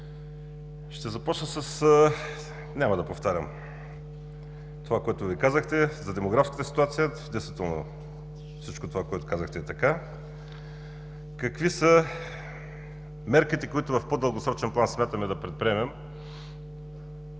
Ще започна с ...– няма да повтарям това, което Вие казахте – за демографската ситуация. Действително всичко това, което казахте е така. Какви са мерките, които в по-дългосрочен план смятаме да предприемем,